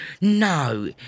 No